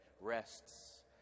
rests